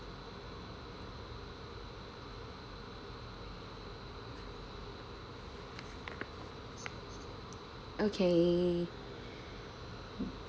okay